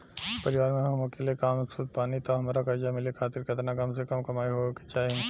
परिवार में हम अकेले कमासुत बानी त हमरा कर्जा मिले खातिर केतना कम से कम कमाई होए के चाही?